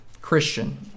Christian